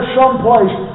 someplace